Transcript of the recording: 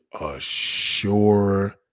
assure